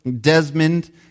Desmond